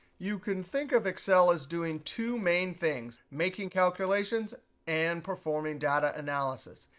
you can think of excel is doing two main things, making calculations and performing data analysis.